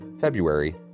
February